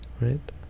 right